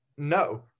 No